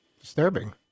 disturbing